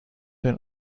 and